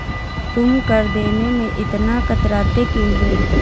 तुम कर देने में इतना कतराते क्यूँ हो?